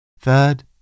Third